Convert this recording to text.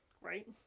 Right